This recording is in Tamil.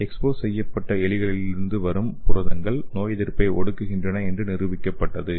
எக்ஸ்போஸ் செய்யப்பட்ட எலிகளிலிருந்து வரும் புரதங்கள் நோயெதிர்ப்பை ஒடுக்குகின்றன என்று நிரூபிக்கப்பட்டது